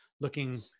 looking